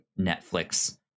Netflix